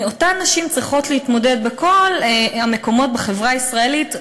אותן נשים צריכות להתמודד בכל המקומות בחברה הישראלית,